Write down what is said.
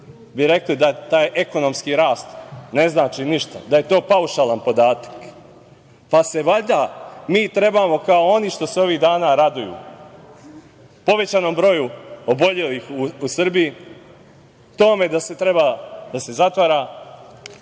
bi rekli da taj ekonomski rast ne znači ništa, da je to paušalan podatak, pa se valjda mi trebamo, kao oni što se ovih dana raduju, povećanom broju obolelih u Srbiji, tome da treba da se zatvara